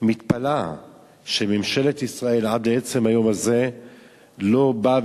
מתפלאת שממשלת ישראל עד עצם היום הזה לא באה